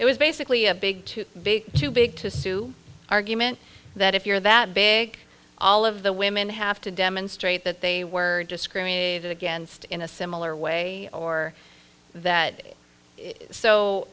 it was basically a big too big too big to sue argument that if you're that big all of the women have to demonstrate that they were discriminated against in a similar way or that so